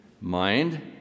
Mind